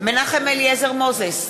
מנחם אליעזר מוזס,